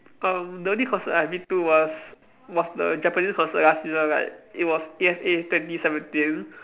um the only concert I've been to was was the Japanese concert last year like it was A_F_A twenty seventeen